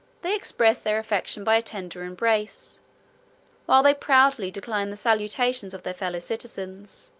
they express their affection by a tender embrace while they proudly decline the salutations of their fellow-citizens,